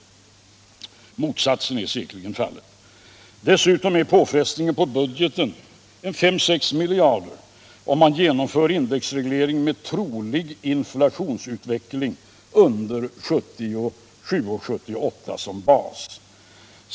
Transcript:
Motsatsen är säkerligen fallet. Dessutom är påfrestningen på budgeten 5 å 6 miljarder, om man genomför indexreglering med trolig inflationsutveckling under 1977 och 1978 som bas.